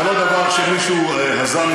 זה לא דבר שמישהו הזה,